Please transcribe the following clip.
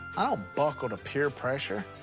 i don't buckle to peer pressure.